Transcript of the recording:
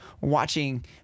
watching